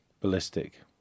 ballistic